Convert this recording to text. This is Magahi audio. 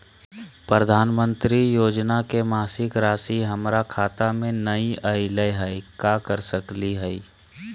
प्रधानमंत्री योजना के मासिक रासि हमरा खाता में नई आइलई हई, का कर सकली हई?